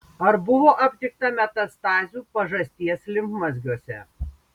ar buvo aptikta metastazių pažasties limfmazgiuose